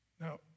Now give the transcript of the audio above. Now